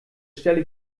stelle